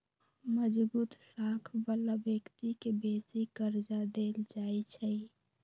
मजगुत साख बला व्यक्ति के बेशी कर्जा देल जाइ छइ